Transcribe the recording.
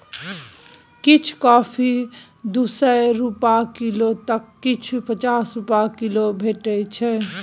किछ कॉफी दु सय रुपा किलौ तए किछ पचास रुपा किलो भेटै छै